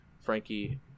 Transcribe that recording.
Frankie